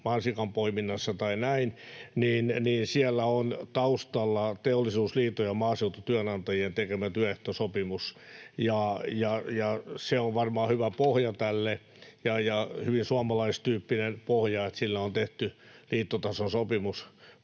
mansikanpoiminnassa, niin siellä on taustalla Teollisuusliiton ja Maaseututyönantajien tekemä työehtosopimus, ja se on varmaan hyvä pohja tälle, ja hyvin suomalaistyyppinen pohja, että sillä on tehty liittotason sopimus